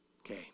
Okay